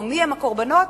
או מיהם הקורבנות,